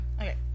Okay